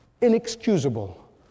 inexcusable